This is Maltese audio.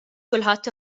kulħadd